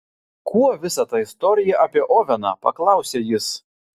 kuo visa ta istorija apie oveną paklausė jis